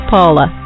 Paula